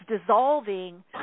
dissolving